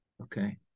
Okay